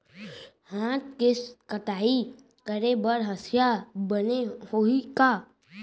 हाथ ले कटाई करे बर हसिया बने होही का?